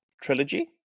trilogy